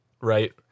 right